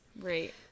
Right